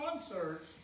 concerts